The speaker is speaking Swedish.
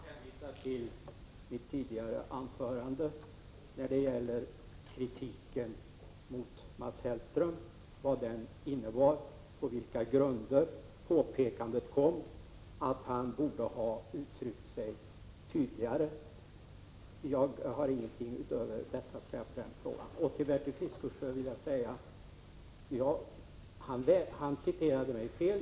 Fru talman! Jag vill hänvisa till mitt tidigare anförande när det gäller kritiken mot Mats Hellström — vad den innebar, på vilka grunder påpekandet kom att han borde ha uttryckt sig tydligare. Jag har ingenting utöver detta att säga i den frågan. Till Bertil Fiskesjö vill jag säga att han citerade mig fel.